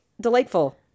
Delightful